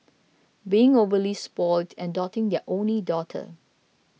being overly spoilt and doting their only daughter